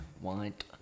white